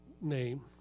name